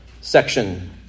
section